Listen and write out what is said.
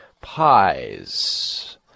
pies